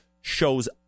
shows